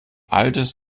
altes